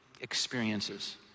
experiences